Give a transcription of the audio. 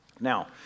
Now